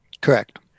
correct